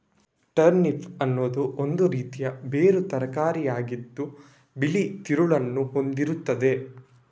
turnip ಅನ್ನುದು ಒಂದು ರೀತಿಯ ಬೇರು ತರಕಾರಿ ಆಗಿದ್ದು ಬಿಳಿ ತಿರುಳನ್ನ ಹೊಂದಿರ್ತದೆ